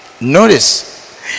Notice